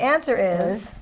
answer is